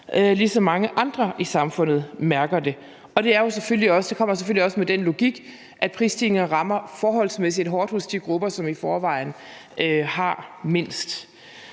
ligesom mange andre i samfundet mærker det. Og det følger selvfølgelig også af den logik, at prisstigninger rammer forholdsmæssig hårdt hos de grupper, som i forvejen har mindst.